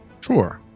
Sure